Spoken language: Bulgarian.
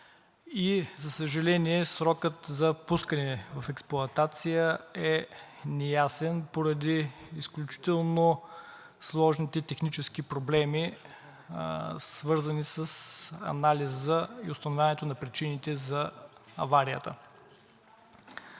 за съжаление, срокът за пускане в експлоатация е неясен поради изключително сложните технически проблеми, свързани с анализа и установяването на причините за аварията.